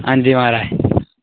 हां जी महाराज